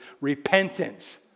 repentance